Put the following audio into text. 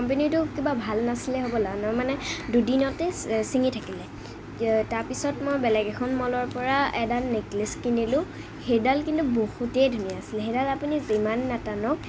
কম্পেনীটো কিবা ভাল নাছিলে হ'বলা মই মানে দুদিনতে ছিঙি থাকিলে তাৰপিছত মই বেলেগ এখন মলৰ পৰা এডাল নেকলেছ কিনিলোঁ সেইডাল কিন্তু বহুতেই ধুনীয়া আছিলে সেইডাল আপুনি যিমান নাটানক